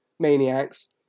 maniacs